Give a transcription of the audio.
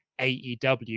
AEW